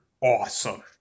awesome